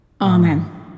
Amen